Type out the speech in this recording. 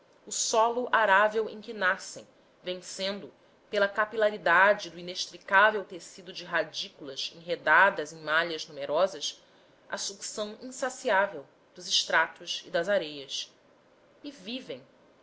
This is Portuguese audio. o solo arável em que nascem vencendo pela capilaridade do inextricável tecido de radículas enredadas em malhas numerosas a sucção insaciável dos estratos e das areias e vivem